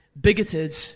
bigoted